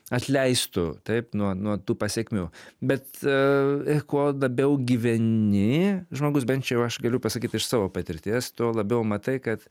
atleistų taip nuo nuo tų pasekmių bet kuo labiau gyveni žmogus bent jau aš galiu pasakyt iš savo patirties tuo labiau matai kad